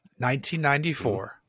1994